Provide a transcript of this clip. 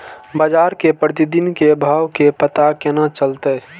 बजार के प्रतिदिन के भाव के पता केना चलते?